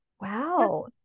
Wow